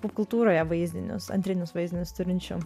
popkultūroje vaizdinius antrinius vaizdinius turinčių